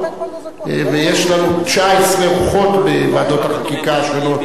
ויש לנו 19 רוחות בוועדות החקיקה השונות,